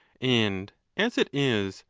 and as it is,